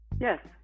Yes